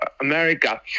America